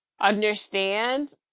understand